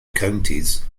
counties